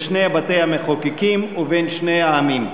בין שני בתי-המחוקקים ובין שני העמים.